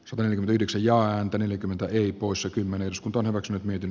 samoin yhdeksän ja anki neljäkymmentä eli koossa kymmenen skop on omaksunut miten